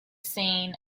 seen